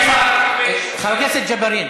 חבר הכנסת ג'בארין.